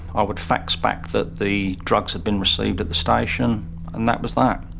i would fax back that the drugs had been received at the station and that was that.